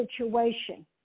situation